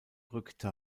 rückte